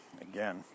again